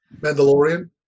Mandalorian